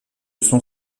sont